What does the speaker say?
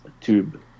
Tube